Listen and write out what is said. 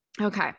Okay